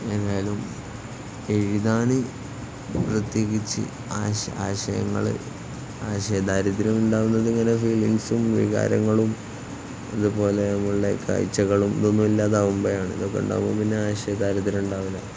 എന്നാലും എഴുതാന് പ്രത്യേകിച്ച് ആശയങ്ങള് ആശയ ദാരിദ്ര്യം ഉണ്ടാകുന്നതിങ്ങനെ ഫീലിങ്സും വികാരങ്ങളും അതുപോലെ നമ്മുടെ കാഴ്ചകളും ഇതെല്ലാം ഇല്ലാതാകുമ്പോഴാണ് ഇതൊക്കെയുണ്ടാകുമ്പോള് പിന്നെ ആശയദാരിദ്ര്യം ഉണ്ടാവില്ല